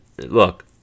look